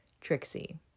Trixie